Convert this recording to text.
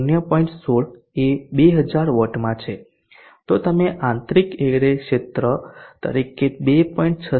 ૧૬ એ 2000 વોટમાં છે તો તમે આંતરિક એરે ક્ષેત્ર તરીકે 2